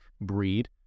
breed